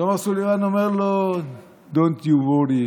אז עומר סולימאן אומר לו:Don’t you worry,